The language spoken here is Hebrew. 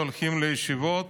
לאלה שהולכים לישיבות